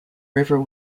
river